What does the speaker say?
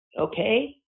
okay